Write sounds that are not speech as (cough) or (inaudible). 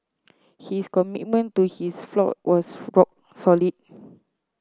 his commitment to his flock was (unintelligible) rock solid